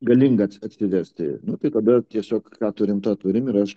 galingas atsivesti tai kodėl tiesiog ką turime tą turime ir aš